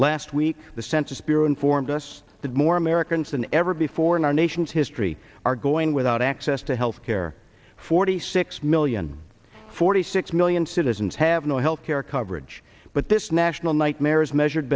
last week the census bureau informs us that more americans than ever before in our nation's history are going without access to health care forty six million forty six million citizens have no health care coverage but this national nightmare is measured